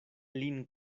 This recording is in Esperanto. lin